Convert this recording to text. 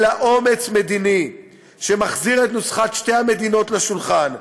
אלא אומץ מדיני שמחזיר את נוסחת שתי המדינות לשולחן,